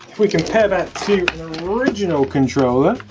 we compare that to an original controller.